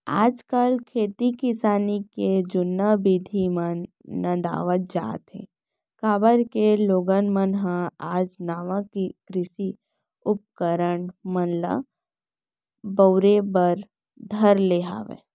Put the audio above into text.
आज काल खेती किसानी के जुन्ना बिधि मन नंदावत जात हें, काबर के लोगन मन ह आज नवा कृषि उपकरन मन ल बउरे बर धर ले हवय